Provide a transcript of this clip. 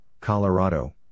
Colorado